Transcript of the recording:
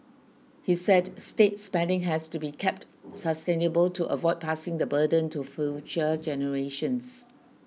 he said state spending has to be kept sustainable to avoid passing the burden to future generations